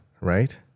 right